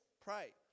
pray